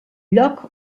lloc